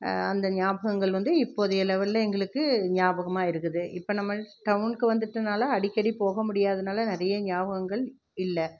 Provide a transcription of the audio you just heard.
அந்த ஞாபகங்கள் வந்து இப்போதைய லெவலில் எங்களுக்கு ஞாபகமாக இருக்குது இப்போ நம்ம டவுனுக்கு வந்துட்டதுனால அடிக்கடி போக முடியாததினால நிறையா ஞாபகங்கள் இல்லை